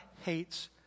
hates